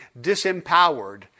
disempowered